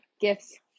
gifts